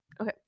okay